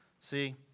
See